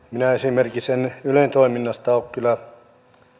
minä esimerkiksi en ylen toiminnasta ole kyllä